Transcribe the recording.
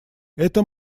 это